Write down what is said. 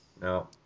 no